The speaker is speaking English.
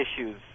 issues